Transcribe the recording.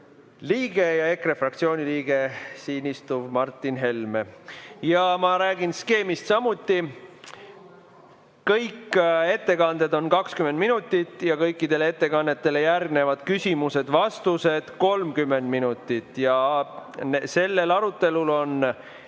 liige ja EKRE fraktsiooni liige, siin istuv Martin Helme. Ma räägin skeemist samuti. Kõik ettekanded on 20 minutit ja kõikidele ettekannetele järgnevad küsimused-vastused 30 minutit. Sellel arutelul on